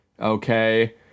okay